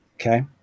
Okay